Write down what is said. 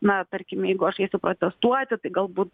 na tarkimjeigu aš eisiu protestuoti tai galbūt